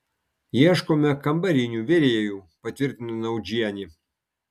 ieškome kambarinių virėjų patvirtino naudžienė